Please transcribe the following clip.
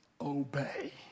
obey